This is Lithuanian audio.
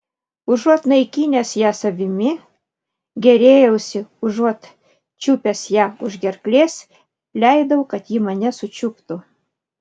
užuot naikinęs ją savimi gėrėjausi užuot čiupęs ją už gerklės leidau kad ji mane sučiuptų